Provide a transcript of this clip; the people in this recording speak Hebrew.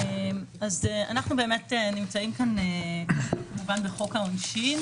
אנחנו נמצאים כאן בחוק העונשין,